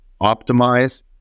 optimize